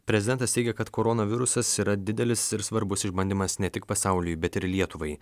prezidentas teigė kad koronavirusas yra didelis ir svarbus išbandymas ne tik pasauliui bet ir lietuvai